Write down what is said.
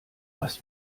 was